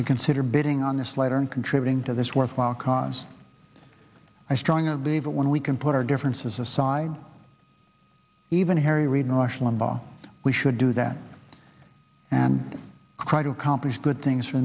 to consider bidding on this letter and contributing to this worthwhile cause i strongly believe that when we can put our differences aside even harry reid and rush limbaugh we should do that and try to accomplish good things for